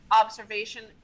observation